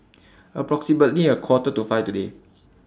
approximately A Quarter to five today